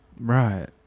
Right